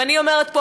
ואני אומרת פה,